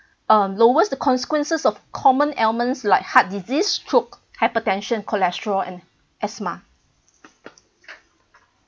um lowers the consequences of common ailments like heart disease stroke hypertension cholesterol and asthma